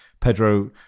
Pedro